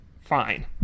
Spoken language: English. fine